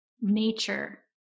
nature